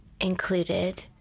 included